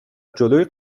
جلوی